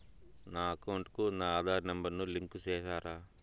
నా అకౌంట్ కు నా ఆధార్ నెంబర్ ను లింకు చేసారా